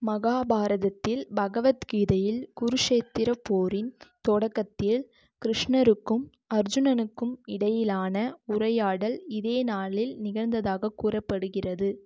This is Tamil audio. மகாபாரதத்தில் பகவத் கீதையில் குருச்ஷேத்திரப் போரின் தொடக்கத்தில் கிருஷ்ணருக்கும் அர்ஜுனனுக்கும் இடையிலான உரையாடல் இதே நாளில் நிகழ்ந்ததாகக் கூறப்படுகிறது